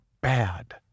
bad